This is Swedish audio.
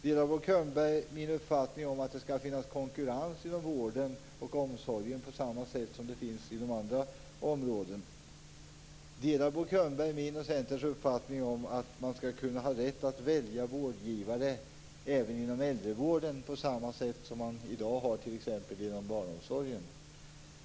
Delar Bo Könberg min uppfattning om att det skall finnas konkurrens inom vården och omsorgen på samma sätt som det finns inom andra områden? Delar Bo Könberg min och Centerns uppfattning att man skall ha rätt att välja vårdgivare även inom äldrevården på samma sätt som man i dag har rätt att välja inom t.ex. barnomsorgen?